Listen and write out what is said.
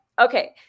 okay